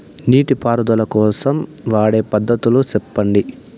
నీటి పారుదల కోసం వాడే పద్ధతులు సెప్పండి?